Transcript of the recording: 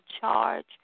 charge